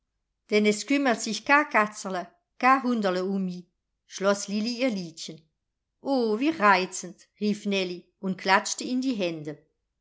denn es kümmert sich ka katzerl ka hunderl um mi schloß lilli ihr liedchen o wie reizend rief nellie und klatschte in die hände